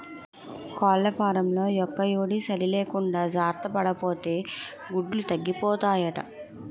కోళ్లఫాంలో యెక్కుయేడీ, సలీ లేకుండా జార్తపడాపోతే గుడ్లు తగ్గిపోతాయట